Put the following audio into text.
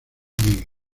negras